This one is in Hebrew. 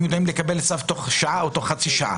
יודעים לקבל צו תוך שעה או תוך חצי שעה.